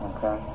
Okay